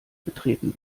betreten